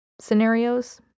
scenarios